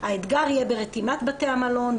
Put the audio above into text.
האתגר יהיה ברתימת בתי המלון,